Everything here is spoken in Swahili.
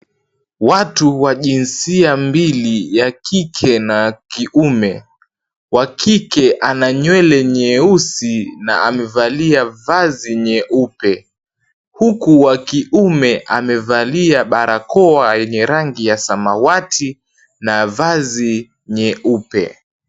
Watu wa jinsia mbili ya kike na ya kiume. Wa kike ana nywele nyeusi na amevalia vazi nyeupe huku wa kiume amevalia barakoa yenye rangi ya samawati na vazi nyeupe.